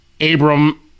Abram